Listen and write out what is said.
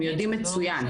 הם יודעים מצוין.